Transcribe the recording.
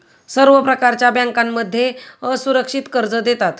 सर्व प्रकारच्या बँकांमध्ये असुरक्षित कर्ज देतात